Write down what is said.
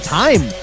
time